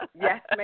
Yes